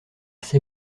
ses